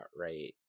right